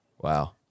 wow